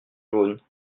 jaunes